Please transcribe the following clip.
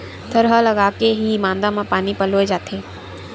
थरहा लगाके के ही मांदा म पानी पलोय जाथे